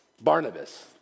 Barnabas